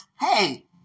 hey